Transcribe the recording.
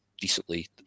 decently